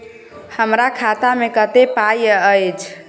हमरा खाता में कत्ते पाई अएछ?